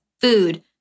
food